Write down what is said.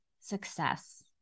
success